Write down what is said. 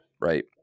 Right